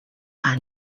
are